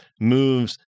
moves